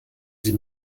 sie